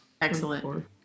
Excellent